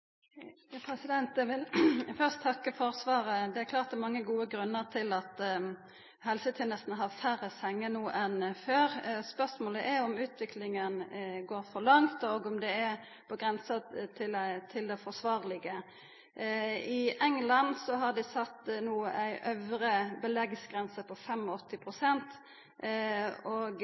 Eg vil først takka for svaret. Det er klart at det er mange gode grunnar til at helsetenestene har færre senger no enn før. Spørsmålet er om utviklinga går for langt, og om det er på grensa til det forsvarlege. I England har dei no sett ei øvre beleggsgrense på 85 pst., og